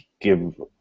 give